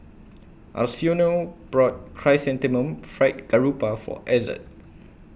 Arsenio bought Chrysanthemum Fried Garoupa For Ezzard